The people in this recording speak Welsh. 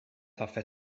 hoffet